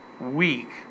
week